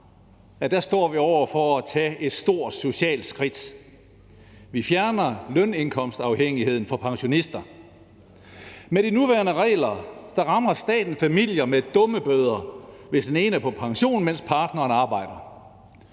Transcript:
at stå over for at skulle tage et stort socialt skridt. Vi fjerner lønindkomstafhængigheden for pensionister. Med de nuværende regler rammer staten familier med dummebøder, hvis den ene er på pension, mens partneren arbejder.